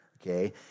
okay